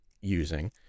using